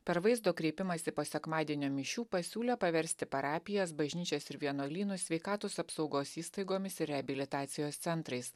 per vaizdo kreipimąsi po sekmadienio mišių pasiūlė paversti parapijas bažnyčias ir vienuolynus sveikatos apsaugos įstaigomis ir reabilitacijos centrais